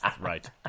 Right